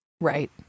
Right